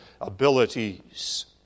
abilities